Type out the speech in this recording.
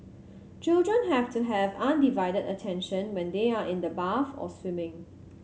children have to have undivided attention when they are in the bath or swimming